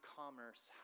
commerce